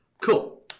cool